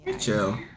chill